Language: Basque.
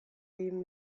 egin